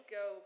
go